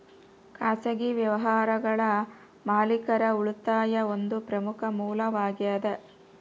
ಖಾಸಗಿ ವ್ಯವಹಾರಗಳ ಮಾಲೇಕರ ಉಳಿತಾಯಾ ಒಂದ ಪ್ರಮುಖ ಮೂಲವಾಗೇದ